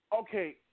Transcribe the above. Okay